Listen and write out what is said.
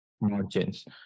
margins